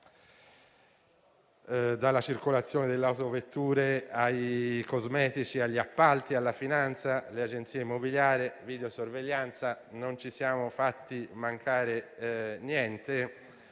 dalla circolazione delle autovetture ai cosmetici, agli appalti, alla finanza, alle agenzie immobiliari, alla videosorveglianza: non ci siamo fatti mancare niente.